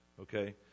Okay